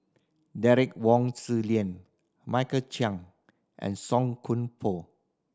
Derek Wong Zi Liang Michael Chiang and Song Koon Poh